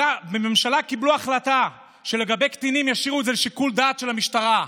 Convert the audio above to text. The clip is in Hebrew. בממשלה קיבלו החלטה שלגבי קטינים ישאירו את זה לשיקול דעת של המשטרה.